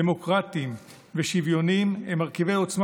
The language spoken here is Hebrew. דמוקרטיים ושוויוניים הם מרכיבי עוצמה